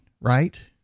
right